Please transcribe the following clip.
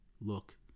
look